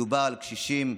מדובר על קשישים,